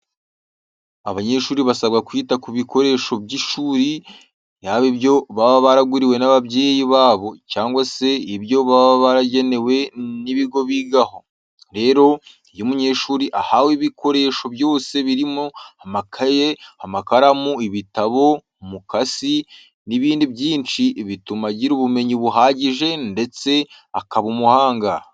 Abanyeshuri basabwa kwita ku bikoresho by'ishuri yaba ibyo baba baraguriwe n'ababyeyi babo cyangwa se ibyo baba baragenewe n'ibigo bigaho. Rero, iyo umunyeshuri ahawe ibikoresho byose birimo amakayi, amakaramu, ibitabo, umukasi n'ibindi byinshi, bituma agira ubumenyi buhagije ndetse akaba umuhanga.